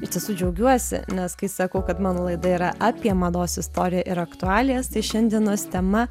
iš tiesų džiaugiuosi nes kai sakau kad mano laida yra apie mados istoriją ir aktualijas tai šiandienos tema